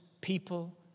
people